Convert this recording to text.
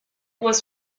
was